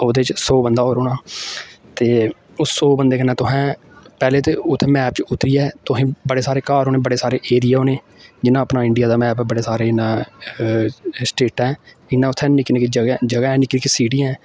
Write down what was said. ओह्दे च सौ बंदा होर रौह्ना ते उस सौ बंदे कन्नै तुसें पैह्लें ते उत्थै मैप च उतरियै तुसें बड़े सारे घर होने बड़े सारे एरिया होने जियां अपना इंडिया दा मैप ऐ बड़े सारे इ'यां स्टेटां ऐ इ'यां उत्थै निक्की निक्की जगह जगह् ऐ निक्की निक्की सिटियां ऐ